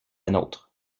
nôtre